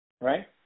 right